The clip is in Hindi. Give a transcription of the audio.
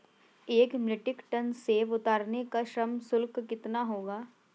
एक मीट्रिक टन सेव उतारने का श्रम शुल्क कितना होगा?